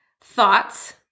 Thoughts